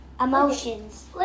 Emotions